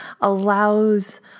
allows